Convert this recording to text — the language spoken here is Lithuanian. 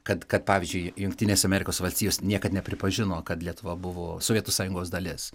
kad kad pavyzdžiui jungtinės amerikos valstijos niekad nepripažino kad lietuva buvo sovietų sąjungos dalis